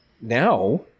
now